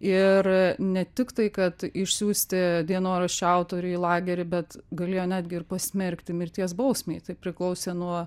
ir ne tik tai kad išsiųsti dienoraščio autorių į lagerį bet galėjo netgi ir pasmerkti mirties bausmei tai priklausė nuo